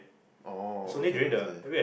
oh okay okay